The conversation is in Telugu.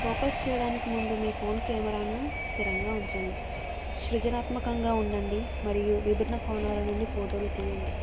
ఫోకస్ చేయడానికి ముందు మీ ఫోన్ కెమెరాను స్థిరంగా ఉంచండి సృజనాత్మకంగా ఉండండి మరియు విభిన్న కోణాల నుండి ఫోటోలు తీయండి